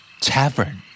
Tavern